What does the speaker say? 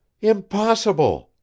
Impossible